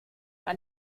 war